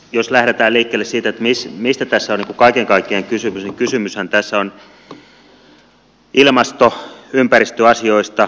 jos lähdetään liikkeelle siitä mistä tässä on kaiken kaikkiaan kysymys niin kysymyshän tässä on ilmasto ympäristöasioista